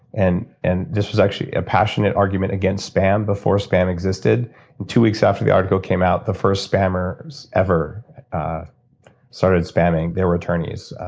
and and this was actually a passionate argument against spam, before spam existed. and two weeks after the article came out the first spammer ever started spamming. they were attorneys.